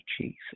Jesus